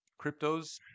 cryptos